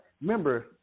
remember